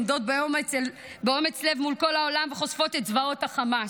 עומדות באומץ לב מול כל העולם וחושפות את זוועות החמאס,